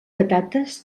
patates